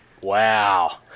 Wow